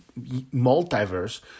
multiverse